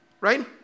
right